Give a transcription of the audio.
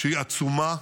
שהיא עצומה,